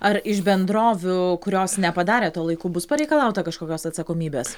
ar iš bendrovių kurios nepadarė to laiku bus pareikalauta kažkokios atsakomybės